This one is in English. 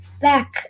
back